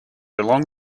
along